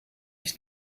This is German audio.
ich